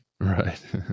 Right